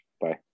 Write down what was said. Bye